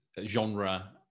genre